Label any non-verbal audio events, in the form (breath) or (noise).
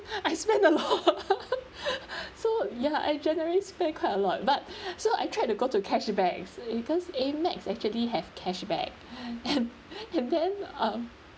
I spend a lot (laughs) (breath) so ya I generally spend quite a lot but (breath) so I tried to go to cash back because Amex actually have cash back (breath) and and then um